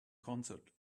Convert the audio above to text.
concert